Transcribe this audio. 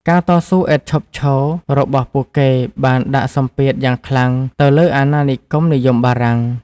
ការតស៊ូឥតឈប់ឈររបស់ពួកគេបានដាក់សម្ពាធយ៉ាងខ្លាំងទៅលើអាណានិគមនិយមបារាំង។